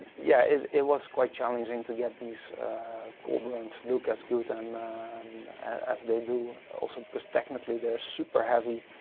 yeah, it was quite challenging to get these cauldrons look as good and um as they do, also because technically, they're super heavy,